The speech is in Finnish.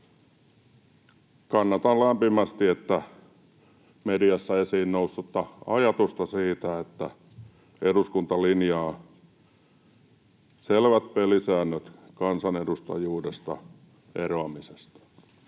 Kannatan lämpimästi mediassa esiin noussutta ajatusta siitä, että eduskunta linjaa selvät pelisäännöt kansanedustajuudesta eroamisesta.